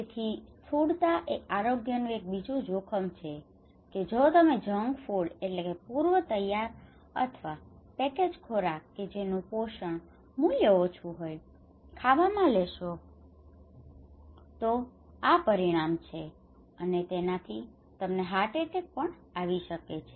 તેથી સ્થૂળતા એ આરોગ્યનું એક બીજું જોખમ છે કે જો તમે જંક ફૂડ junk food પૂર્વ તૈયાર અથવા પેકેજ્ડ ખોરાક કે જેનું પોષણ મૂલ્ય ઓછું હોય ખાવામાં લેશો તો આ પરિણામ છે અને તેનાથી તમને હાર્ટ એટેક આવી શકે છે